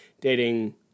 dating